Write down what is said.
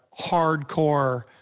hardcore